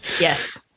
yes